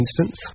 instance